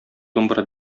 думбра